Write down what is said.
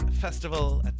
Festival